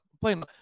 playing